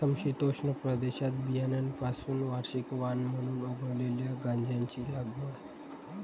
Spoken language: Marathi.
समशीतोष्ण प्रदेशात बियाण्यांपासून वार्षिक वाण म्हणून उगवलेल्या गांजाची लागवड